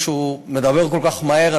כשהוא מדבר כל כך מהר,